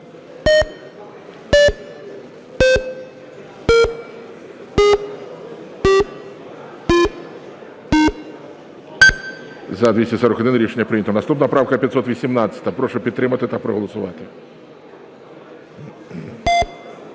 За-241 Рішення прийнято. Наступна правка 518. Прошу підтримати та проголосувати.